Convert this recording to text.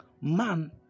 man